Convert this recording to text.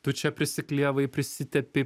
tu čia prisiklijevai prisitepei